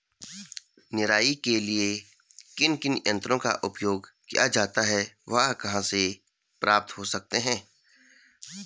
निराई के लिए किन किन यंत्रों का उपयोग किया जाता है वह कहाँ प्राप्त हो सकते हैं?